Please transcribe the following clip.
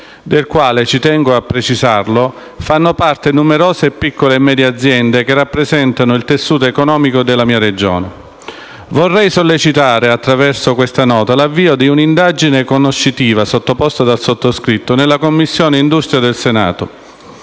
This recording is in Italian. del quale - ci tengo a precisarlo - fanno parte numerose piccole e medie aziende, che rappresentano il tessuto economico della mia Regione. Vorrei sollecitare, attraverso questa nota, l'avvio di un'indagine conoscitiva, sottoposta dal sottoscritto alla Commissione industria del Senato.